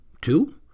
Two